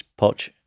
Poch